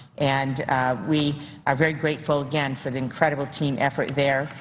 and we are very grateful again for the incredible team effort there.